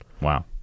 Wow